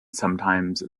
sometimes